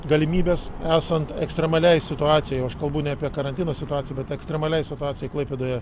galimybės esant ekstremaliai situacijai aš kalbu ne apie karantino situaciją bet ekstremaliai situacijai klaipėdoje